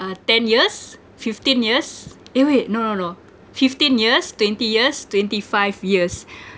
uh ten years fifteen years eh wait no no no fifteen years twenty years twenty five years